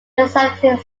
designated